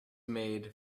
made